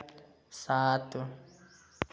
सात